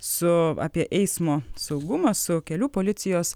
su apie eismo saugumą su kelių policijos